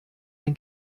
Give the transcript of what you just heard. ein